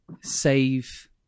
save